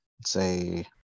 say